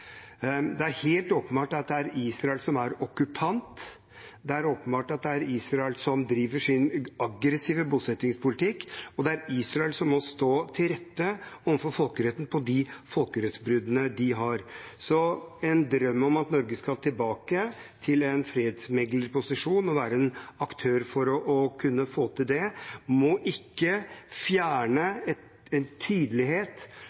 Det er helt åpenbart at det er Israel som er okkupant, det er åpenbart at det er Israel som driver sin aggressive bosettingspolitikk, og det er Israel som må stå til rette overfor folkeretten for de folkerettsbruddene de har. En drøm om at Norge skal tilbake til en fredsmeglerposisjon og være en aktør for å kunne få til det, må ikke fjerne en tydelighet